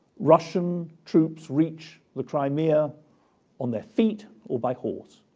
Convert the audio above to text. russian troops reach the crimea on their feet or by horse.